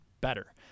better